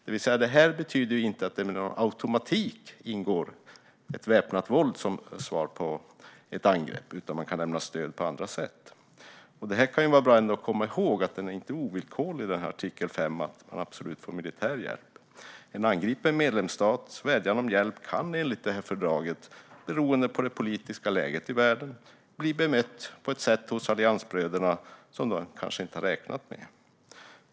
Det betyder att det inte med automatik ingår väpnat våld som svar på ett angrepp, utan man kan lämna stöd på andra sätt. Det kan vara bra att komma ihåg att artikel 5 inte är ovillkorlig vad gäller att man absolut får militär hjälp. En angripen medlemsstats vädjan om hjälp kan enligt fördraget och beroende på det politiska läget i världen bli bemött av alliansbröderna på ett sätt som man kanske inte har räknat med.